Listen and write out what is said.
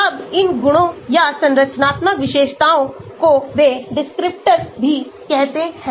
अब इन गुणों या संरचनात्मक विशेषताओं को वे descriptors भी कहते हैं